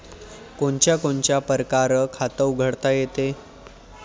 कोनच्या कोनच्या परकारं खात उघडता येते?